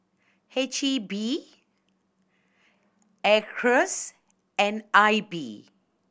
H E B Acres and I B